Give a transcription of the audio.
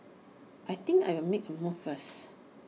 I think I'll make A move first